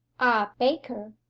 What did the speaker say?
ah, baker,